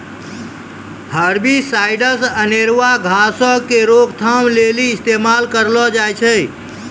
herbicides अनेरुआ घासो के रोकथाम लेली इस्तेमाल करलो जाय छै